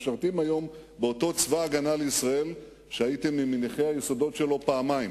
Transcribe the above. משרתים היום באותו צבא הגנה-לישראל שהייתם ממניחי היסודות שלו פעמיים: